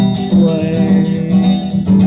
place